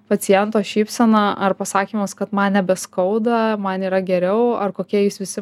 paciento šypsena ar pasakymas kad man nebeskauda man yra geriau ar kokie jūs visi